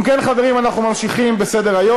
אם כן, חברים, אנחנו ממשיכים בסדר-היום.